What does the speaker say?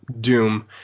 Doom